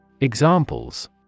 Examples